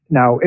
now